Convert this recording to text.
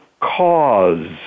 cause